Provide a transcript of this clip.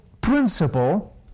principle